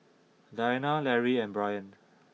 Diana Lary and Brion